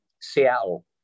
Seattle